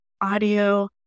audio